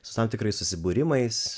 su tam tikrais susibūrimais